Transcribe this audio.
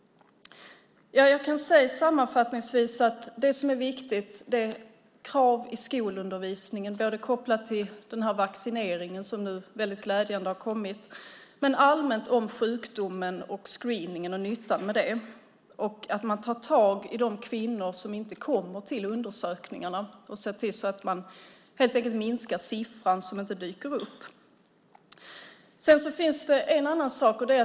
Jag kan sammanfattningsvis säga att det som är viktigt handlar om krav på att man i skolundervisningen ger information som är kopplad till den här vaccineringen, som nu väldigt glädjande har kommit, men också allmän information om sjukdomen och screeningen och nyttan med den. Det handlar också om att ta tag i de kvinnor som inte kommer till undersökningarna och se till att man helt enkelt minskar siffran i fråga om de kvinnor som inte dyker upp. Sedan finns det en annan sak.